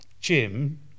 jim